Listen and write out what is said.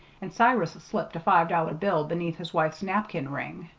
and cyrus slipped a five-dollar bill beneath his wife's napkin ring.